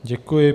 Děkuji.